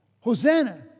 Hosanna